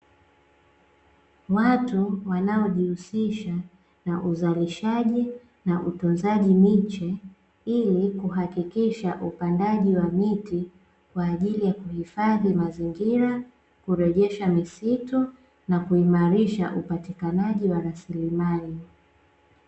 Watu wanaojihusisha na uzalishaji na utunzaji miche ili kuhakikisha upandaji wa miti kwaajili ya kuhifadhi mazingira, kurejesha misitu na kuimarisha upatikanaji wa rasilimali.